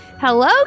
Hello